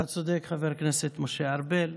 אתה צודק, חבר כנסת משה ארבל.